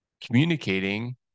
communicating